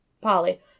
Polly